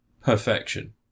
perfection